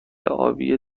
آبی